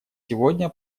сегодня